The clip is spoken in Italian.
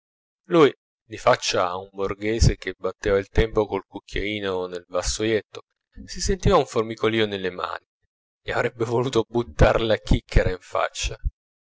lui di faccia a un borghese che batteva il tempo col cucchiaino nel vassoietto si sentiva un formicolio nelle mani gli avrebbe voluto buttar la chicchera in faccia